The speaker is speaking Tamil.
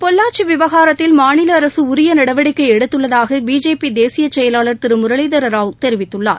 பொள்ளாச்சி விவகாரத்தில் மாநில அரசு உரிய நடவடிக்கை எடுத்துள்ளதாக பிஜேபி தேசிய செயலாளர் திரு முரளிதர்ராவ் தெரிவித்துள்ளார்